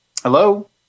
Hello